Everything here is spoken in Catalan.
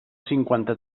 cinquanta